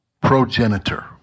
progenitor